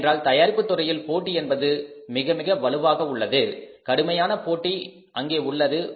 ஏனென்றால் தயாரிப்புத் துறையில் போட்டி என்பது மிக மிக வலுவாக உள்ளது கடுமையான போட்டி அங்கே உள்ளது